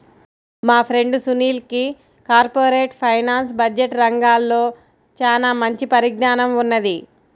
మా ఫ్రెండు సునీల్కి corporate finance, budget రంగాల్లో చానా మంచి పరిజ్ఞానం ఉన్నది